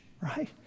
right